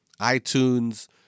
iTunes